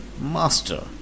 Master